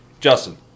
Justin